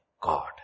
God